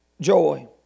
joy